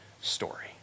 story